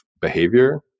behavior